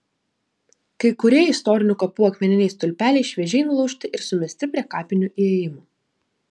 kai kurie istorinių kapų akmeniniai stulpeliai šviežiai nulaužti ir sumesti prie kapinių įėjimo